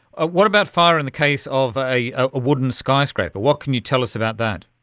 ah what about fire in the case of a a wooden skyscraper? what can you tell us about that?